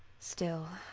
still,